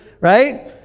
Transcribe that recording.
Right